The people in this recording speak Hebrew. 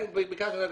גמ"ח הוא לא בנק.